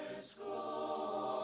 school